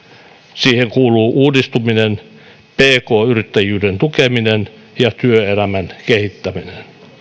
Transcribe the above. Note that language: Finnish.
siihen kuuluvat uudistuminen pk yrittäjyyden tukeminen ja työelämän kehittäminen